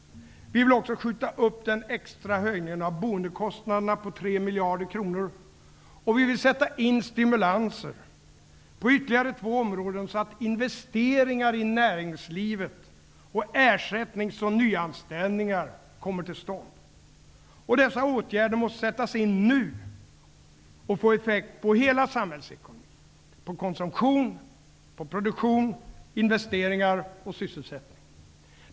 Vi vill också skjuta upp den extra höjningen av boendekostnaderna på 3 miljarder kronor, och vi vill sätta in stimulanser på ytterligare två områden, så att investeringar i näringslivet kan tidigareläggas och ersättnings och nyanställningar kommer till stånd. Dessa åtgärder måste sättas in nu och få effekt på hela samhällsekonomin -- på konsumtion, produktion, investeringar och sysselsättning.